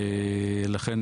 ולכן